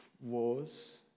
wars